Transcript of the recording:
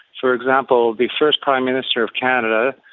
for example, the first prime minister of canada,